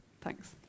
Thanks